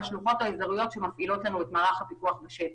בשלוחות שמפעילות לנו את מערך הפיקוח בשטח.